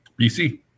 BC